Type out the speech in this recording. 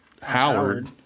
Howard